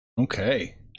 Okay